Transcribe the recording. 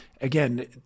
again